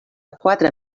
quatre